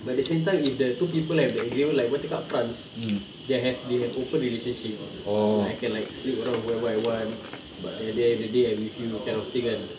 but the same time if the two people have the agreement like macam kat france they have they have open relationship like I can sleep around whoever I want but at the end of the day I with you that kind of thing kan